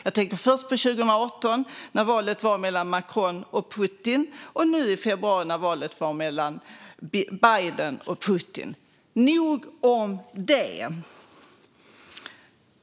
Jag tänker på 2018, när valet var mellan Macron och Putin, och nu i februari, när valet var mellan Biden och Putin. Nog om det!